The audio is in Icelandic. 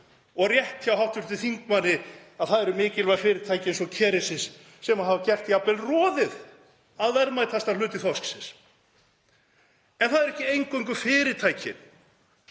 er rétt hjá hv. þingmanni að það eru mikilvæg fyrirtæki eins og Kerecis sem hafa gert jafnvel roðið að verðmætasta hluta þorsksins. En það eru ekki eingöngu fyrirtæki